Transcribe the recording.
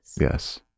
Yes